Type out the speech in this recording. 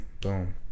Boom